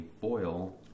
foil